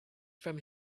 from